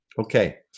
Okay